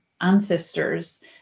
ancestors